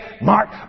mark